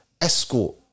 Escort